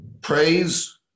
Praise